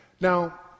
Now